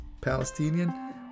Palestinian